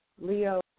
Leo